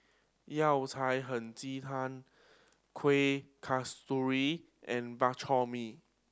Yao Cai Hei Ji Tang Kuih Kasturi and Bak Chor Mee